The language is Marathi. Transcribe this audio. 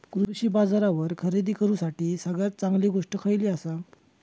कृषी बाजारावर खरेदी करूसाठी सगळ्यात चांगली गोष्ट खैयली आसा?